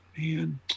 man